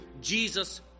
Jesus